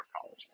college